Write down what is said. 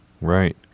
Right